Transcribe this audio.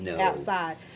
outside